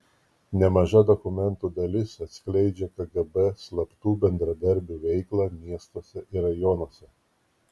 nemaža dokumentų dalis atskleidžia kgb slaptų bendradarbių veiklą miestuose ir rajonuose